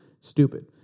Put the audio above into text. stupid